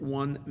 one